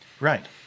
Right